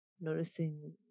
Noticing